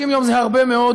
90 יום זה הרבה מאוד,